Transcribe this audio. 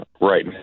right